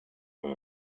earth